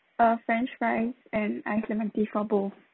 uh french fries and ice lemon tea for both